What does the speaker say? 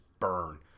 Burn